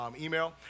email